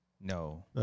No